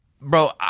Bro